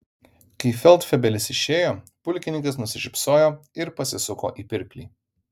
kai feldfebelis išėjo pulkininkas nusišypsojo ir pasisuko į pirklį